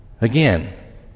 again